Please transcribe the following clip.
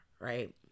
right